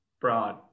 broad